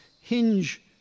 hinge